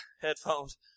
headphones